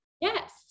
yes